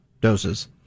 doses